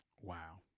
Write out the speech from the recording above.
Wow